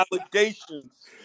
Allegations